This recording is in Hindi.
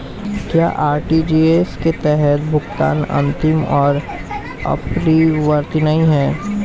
क्या आर.टी.जी.एस के तहत भुगतान अंतिम और अपरिवर्तनीय है?